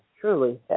truly